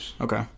okay